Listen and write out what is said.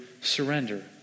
surrender